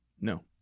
No